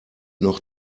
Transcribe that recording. noch